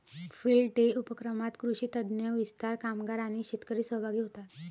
field day उपक्रमात कृषी तज्ञ, विस्तार कामगार आणि शेतकरी सहभागी होतात